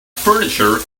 furniture